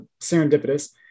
serendipitous